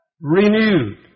renewed